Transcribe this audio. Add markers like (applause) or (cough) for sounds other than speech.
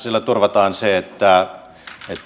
(unintelligible) sillä turvataan se että